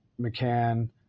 McCann